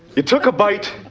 you took a bite,